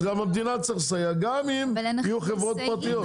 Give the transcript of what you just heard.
אז גם המדינה צריכה לסייע גם אם יהיו חברות פרטיות.